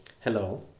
Hello